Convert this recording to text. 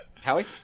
Howie